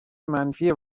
منفی